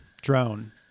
drone